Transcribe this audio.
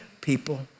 people